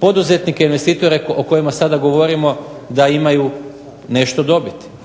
poduzetnike i investitore o kojima sada govorimo da imaju nešto dobiti.